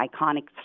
iconic